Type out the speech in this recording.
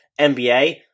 NBA